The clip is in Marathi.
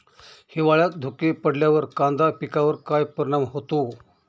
हिवाळ्यात धुके पडल्यावर कांदा पिकावर काय परिणाम होतो?